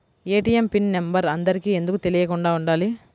ATM PIN number అందరికి ఎందుకు తెలియకుండా ఉండాలి?